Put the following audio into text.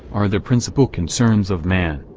are the principle concerns of man.